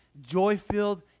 joy-filled